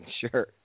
Sure